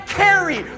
carry